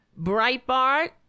Breitbart